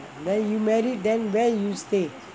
then you married then where you stay